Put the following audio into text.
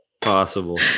possible